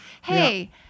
Hey